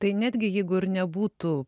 tai netgi jeigu ir nebūtų